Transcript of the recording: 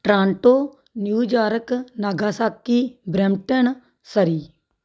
Toronto New York Nagasaki Brampton Surrey